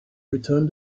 returned